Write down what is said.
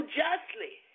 justly